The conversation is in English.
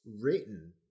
written